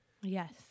Yes